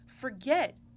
forget